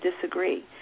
disagree